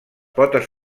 potes